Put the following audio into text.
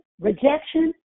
Rejection